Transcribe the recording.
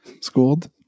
schooled